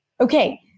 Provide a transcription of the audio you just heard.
Okay